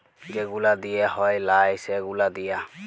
যে গুলা দিঁয়া হ্যয় লায় সে গুলা দিঁয়া